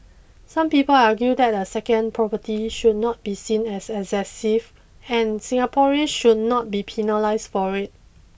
some people argue that a second property should not be seen as excessive and Singaporeans should not be penalised for it